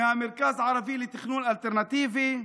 מהמרכז הערבי לתכנון אלטרנטיבי,